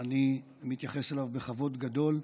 אני מתייחס אליו בכבוד גדול.